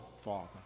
Father